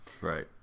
Right